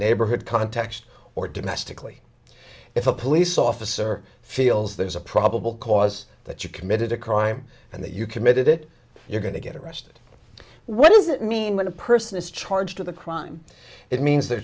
neighborhood context or domestically if a police officer feels there's a probable cause that you committed a crime and that you committed it you're going to get arrested what does it mean when a person is charged with a crime it means th